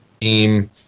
team